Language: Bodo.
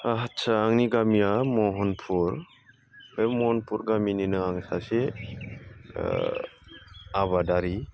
आच्चा आंनि गामिया महनपुर बे महनपुर गामिनिनो आङो सासे आबादारि